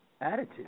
attitude